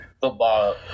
Football